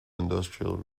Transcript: industrial